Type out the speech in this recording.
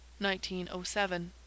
1907